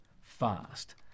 fast